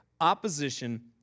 Opposition